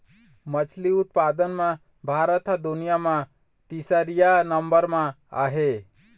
मछरी उत्पादन म भारत ह दुनिया म तीसरइया नंबर म आहे